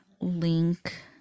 link